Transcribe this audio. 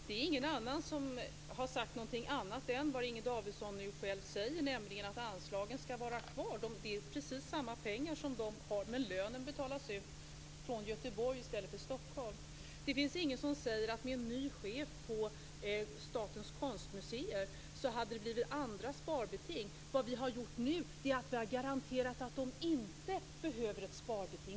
Herr talman! Det är ingen annan som har sagt någonting annat än vad Inger Davidson säger, nämligen att anslagen skall vara kvar. Det är precis samma pengar som betalas ut i lön i Göteborg i stället för i Stockholm. Det finns inget som säger att det med en ny chef på Statens konstmuseer hade blivit andra sparbeting. Vad vi har gjort nu är att vi har garanterat att de inte behöver ha ett sparbeting.